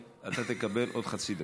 אתה תקבל עוד חצי דקה.